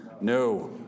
no